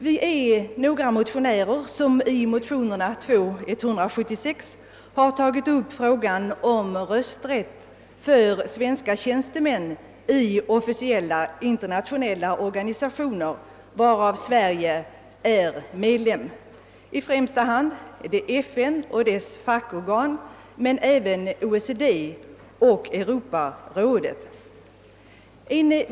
Vi är några ledamöter som i motionsparet I1:163 och II: 176 har tagit upp frågan om rösträtt för svenska tjänstemän i officiella internationella organisationer av vilka Sverige är medlem. I första hand gäller det FN och dess fackorgan, men det gäller även OECD och Europarådet.